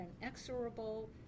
inexorable